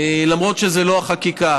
למרות שזו לא החקיקה,